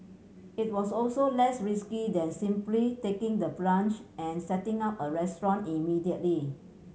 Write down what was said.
it was also less risky than simply taking the plunge and setting up a restaurant immediately